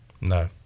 no